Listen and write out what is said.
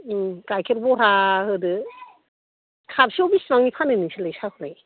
ओम गायखेर बह्रा होदो कापसेयाव बेसेबांनि फानो नोंसोरलाय साहाखौलाय